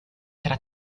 tra